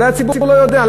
אולי הציבור לא יודע.